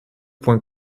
points